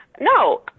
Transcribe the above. No